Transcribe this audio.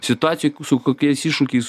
situacijoj su kokiais iššūkiais